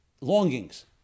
longings